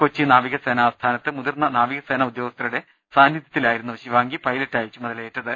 കൊച്ചി നാവികസേനാ ആസ്ഥാനത്ത് മുതിർന്ന നാവികസേനാ ഉദ്യോഗസ്ഥ രുടെ സാന്നിധ്യത്തിലായിരുന്നു ശിവാംഗി പൈലറ്റായി ചുമതലയേറ്റ ത്